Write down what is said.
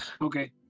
Okay